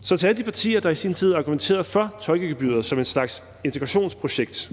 Så jeg vil stille alle de partier, der i sin tid argumenterede for tolkegebyret som en slags integrationsprojekt,